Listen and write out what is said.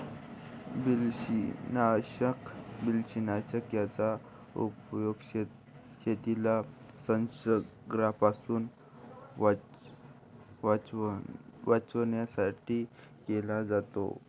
बुरशीनाशक याचा उपयोग शेतीला संसर्गापासून वाचवण्यासाठी केला जातो